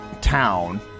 town